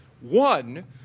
One